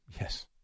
Yes